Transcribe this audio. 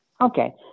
Okay